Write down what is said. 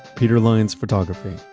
peter lyons photography,